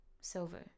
Silver